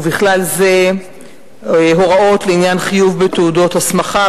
ובכלל זה הוראות לעניין חיוב בתעודות הסמכה,